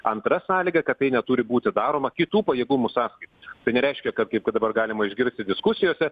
antra sąlyga kad tai neturi būti daroma kitų pajėgumų sąskaita tai nereiškia kad kaip kad dabar galima išgirsti diskusijose